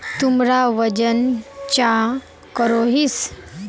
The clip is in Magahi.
तुमरा वजन चाँ करोहिस?